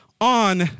on